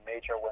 major